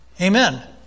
Amen